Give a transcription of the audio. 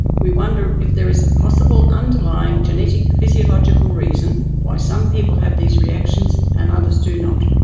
we wonder if there is a possible underlying genetic physiological reason why some people have these reactions and others do not.